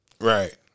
Right